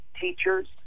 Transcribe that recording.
teachers